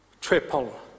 Triple